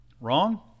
Wrong